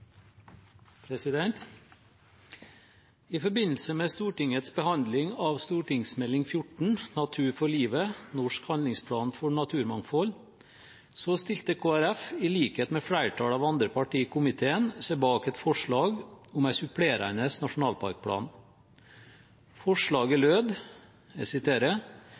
I forbindelse med Stortingets behandling av Meld. St. 14 for 2015–2016 Natur for livet – Norsk handlingsplan for naturmangfold stilte Kristelig Folkeparti, i likhet med flertallet av andre partier i komiteen, seg bak et forslag om en supplerende nasjonalparkplan. Forslaget lød: